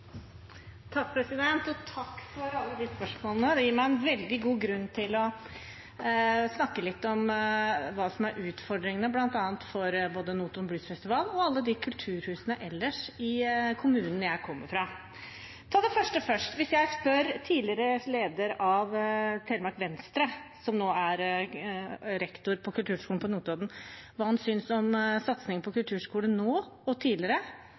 Takk for alle de spørsmålene. Det gir meg en veldig god grunn til å snakke litt om hva som er utfordringene, bl.a. for både Notodden Blues Festival og alle kulturhusene ellers i kommunen jeg kommer fra. Ta det første først: Hvis jeg spør tidligere leder av Telemark Venstre, som nå er rektor på kulturskolen på Notodden, hva han synes om satsingen på kulturskole nå og tidligere,